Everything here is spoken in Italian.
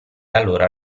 allora